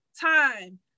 time